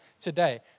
today